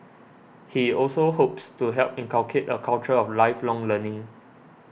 he also hopes to help inculcate a culture of lifelong learning